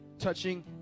touching